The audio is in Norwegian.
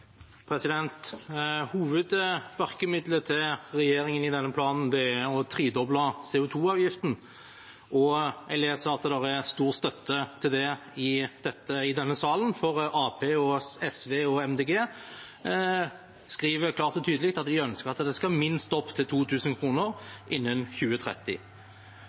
å tredoble CO 2 -avgiften. Jeg leser at det er stor støtte til det i denne salen, for Arbeiderpartiet, SV og Miljøpartiet De Grønne skriver klart og tydelig at de ønsker at det skal minst opp til 2 000 kr innen 2030.